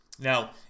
Now